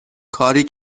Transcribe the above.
کاری